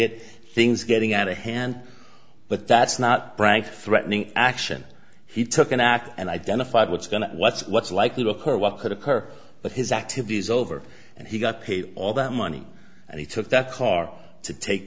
it things getting outta hand but that's not bragged threatening action he took an act and identified what's going to what's what's likely to occur what could occur but his activities over and he got paid all that money and he took that car to take